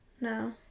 No